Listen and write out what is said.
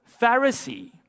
Pharisee